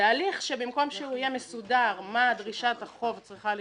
זה הליך שבמקום שהוא יהיה מסודר מה דרישת החוב צריכה לכלול,